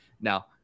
Now